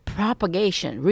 propagation